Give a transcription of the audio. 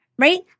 Right